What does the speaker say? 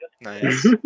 Nice